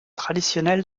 traditionnel